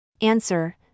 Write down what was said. Answer